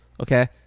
okay